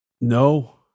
No